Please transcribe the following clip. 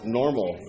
normal